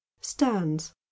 stands